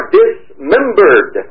dismembered